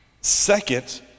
Second